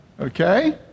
Okay